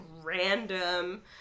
Random